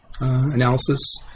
analysis